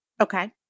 Okay